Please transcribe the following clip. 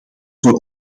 voor